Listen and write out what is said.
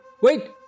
Wait